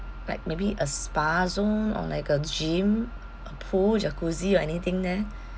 like maybe a spa zone or like a gym a pool jacuzzi or anything there